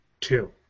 Two